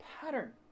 pattern